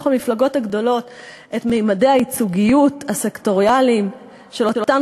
המפלגות הגדולות את ממדי הייצוגיות הסקטוריאליים של אותן